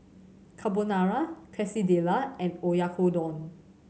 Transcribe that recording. Carbonara Quesadilla and Oyakodon